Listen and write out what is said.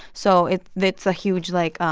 so it's it's a huge, like, ah